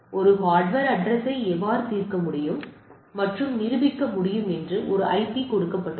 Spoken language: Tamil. ஒரு ஹார்ட்வர் அட்ரஸ்யை எவ்வாறு தீர்க்க முடியும் மற்றும் நிரூபிக்க முடியும் என்று ஒரு ஐபி கொடுக்கப்பட்டுள்ளது